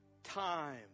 Time